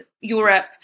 Europe